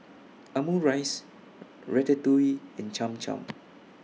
Omurice Ratatouille and Cham Cham